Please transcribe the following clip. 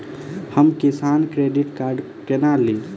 हम Kisan credit card कोना ली?